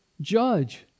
judge